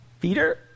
Peter